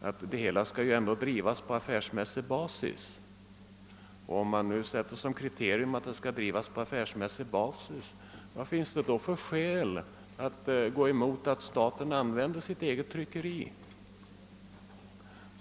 att den här tryckeriverksamheten skall bedrivas på affärsmässig basis. Om man sätter detta som ett kriterium, vilka skäl finns då för att gå emot att staten använder sitt eget tryckeri?